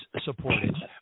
supported